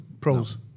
Pros